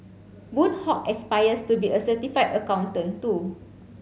Boon Hock aspires to be a certified accountant too